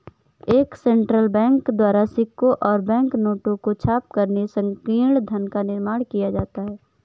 एक central bank द्वारा सिक्कों और बैंक नोटों को छापकर संकीर्ण धन का निर्माण किया जाता है